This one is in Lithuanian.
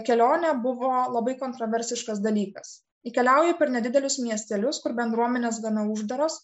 kelionę buvo labai kontroversiškas dalykas ji keliauja per nedidelius miestelius kur bendruomenės gana uždaros